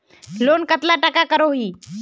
Loan कतला टाका करोही?